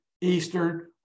Eastern